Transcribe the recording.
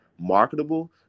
marketable